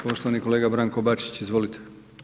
Poštovani kolega Branko Bačić, izvolite.